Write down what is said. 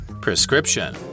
prescription